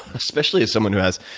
especially someone who has,